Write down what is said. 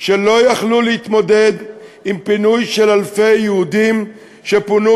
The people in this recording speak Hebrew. שלא יכלו להתמודד עם פינוי של אלפי יהודים שפונו